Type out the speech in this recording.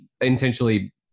intentionally